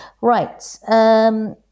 Right